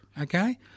Okay